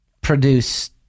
produce